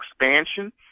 expansion